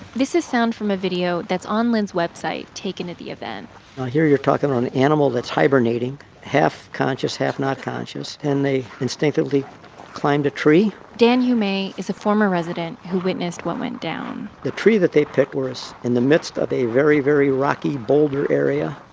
this is sound from a video that's on lynn's website taken at the event on ah here, you're talking about an animal that's hibernating half conscious, half not conscious. and they instinctively climbed a tree dan humay is a former resident who witnessed what went down the tree that they picked was in the midst of a very, very rocky boulder area.